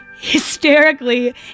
hysterically